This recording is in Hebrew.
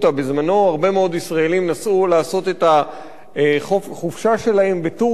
בזמנם הרבה מאוד ישראלים נסעו לעשות את החופשה שלהם בטורקיה,